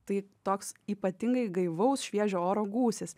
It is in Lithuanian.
tai toks ypatingai gaivaus šviežio oro gūsis